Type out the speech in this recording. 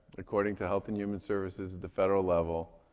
according to health and human services at the federal level,